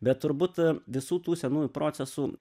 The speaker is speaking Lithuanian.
bet turbūt a visų tų senųjų procesų